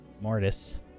Mortis